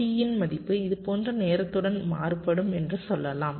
P இன் மதிப்பு இது போன்ற நேரத்துடன் மாறுபடும் என்று சொல்லலாம்